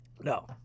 No